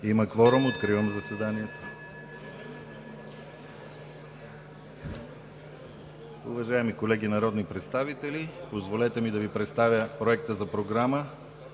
(Звъни.) Откривам заседанието. Уважаеми колеги народни представители, позволете ми да Ви представя Проекта за Програма